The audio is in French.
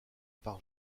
par